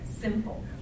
simple